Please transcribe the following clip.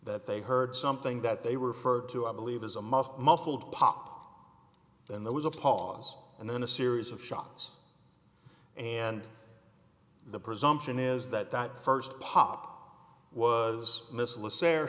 that they heard something that they referred to i believe is a must muffled pop and there was a pause and then a series of shots and the presumption is that that first pop was missile